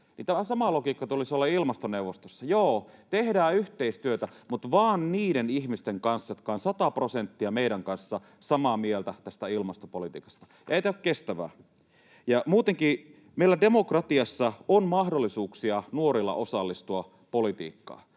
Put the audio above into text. ihmisiä — tulisi olemaan ilmastoneuvostossa: joo, tehdään yhteistyötä, mutta vain niiden ihmisten kanssa, jotka ovat meidän kanssamme sataprosenttisesti samaa mieltä tästä ilmastopolitiikasta. Ei tämä ole kestävää. Ja meillä demokratiassa on nuorilla mahdollisuuksia osallistua politiikkaan: